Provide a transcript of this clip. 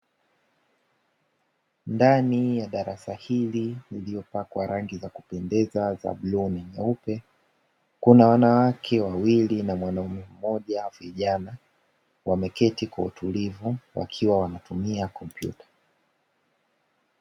Ndani ya darasa hili lililopakwa rangi za kupendeza za bluu na nyeupe, kuna wanawake wawili na mwanaume mmoja vijana wameketi kwa utulivu wakiwa wanatumia kompyuta.